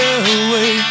away